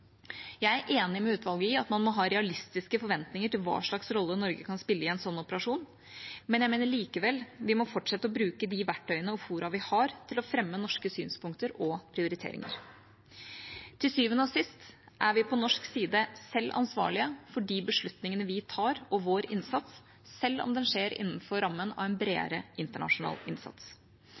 Jeg er enig med utvalget i at vi må ha realistiske forventninger til hva slags rolle Norge kan spille i en slik operasjon, men jeg mener likevel vi må fortsette å bruke de verktøyene og fora vi har for å fremme norske synspunkter og prioriteringer. Til sjuende og sist er vi på norsk side selv ansvarlige for de beslutningene vi tar, og vår innsats, selv om det skjer innenfor rammen av en bredere internasjonal innsats.